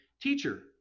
Teacher